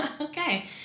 okay